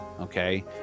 Okay